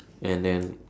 and then